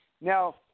Now